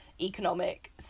economic